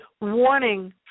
Warning